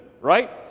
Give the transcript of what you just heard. right